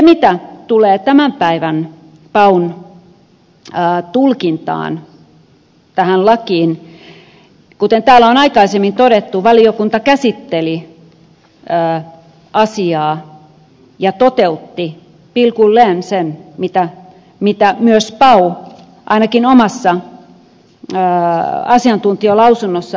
mitä tulee paun tämän päivän tulkintaan tästä laista kuten täällä on aikaisemmin todettu valiokunta käsitteli asiaa ja toteutti pilkulleen sen mitä myös pau toi esiin ainakin omassa asiantuntijalausunnossaan